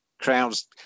crowd's